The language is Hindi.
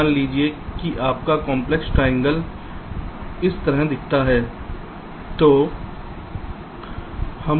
मान लीजिए कि आपका काम्प्लेक्स ट्रायंगल इस तरह दिखता है